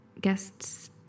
guests